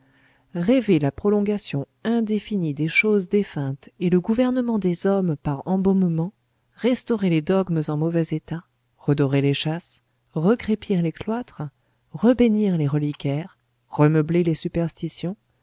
rêver la prolongation indéfinie des choses défuntes et le gouvernement des hommes par embaumement restaurer les dogmes en mauvais état redorer les châsses recrépir les cloîtres rebénir les reliquaires remeubler les superstitions